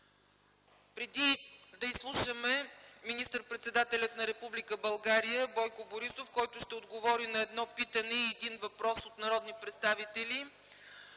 Преди да изслушаме министър-председателят на Република България Бойко Борисов, който ще отговори на едно питане и един въпрос от народни представители,